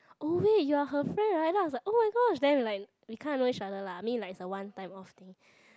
oh wait you are her friend right then I was like oh-my-god then like we kind of know each other lah mean like the one time off thing